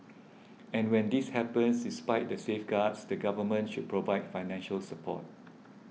and when this happens despite the safeguards the Government should provide financial support